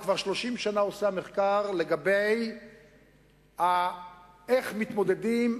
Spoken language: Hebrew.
הוא כבר 30 שנה עושה מחקר לגבי איך מתמודדים,